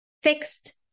fixed